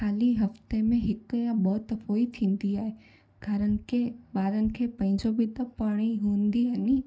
ख़ाली हफ्ते में हिकु या ॿ दफ़ो ई थींदी आहे घरनि खे ॿारनि खे पंहिंजो बि त पढ़णी हूंदी आ्हे नी